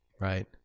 Right